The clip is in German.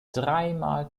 dreimal